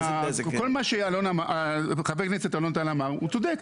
כל מה שחבר כנסת אלון טל אמר הוא צודק,